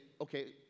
okay